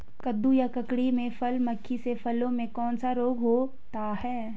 कद्दू या ककड़ी में फल मक्खी से फलों में कौन सा रोग होता है?